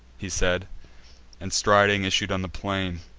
he said and, striding, issued on the plain.